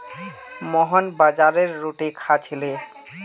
मोहन बाजरार रोटी खा छिले